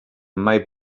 mai